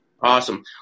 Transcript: Awesome